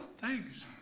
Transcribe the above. Thanks